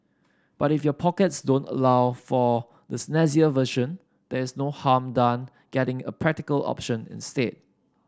but if your pockets don't allow for the snazzier version there is no harm done getting a practical option instead